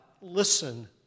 listen